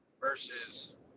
versus